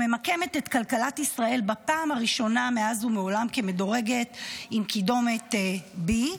שממקמת את כלכלת ישראל בפעם הראשונה מאז ומעולם כמדורגת עם קידומת B,